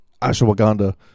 ashwagandha